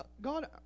God